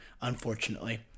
unfortunately